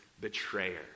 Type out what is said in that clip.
betrayer